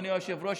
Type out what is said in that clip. אדוני היושב-ראש,